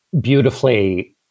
beautifully